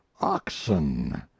oxen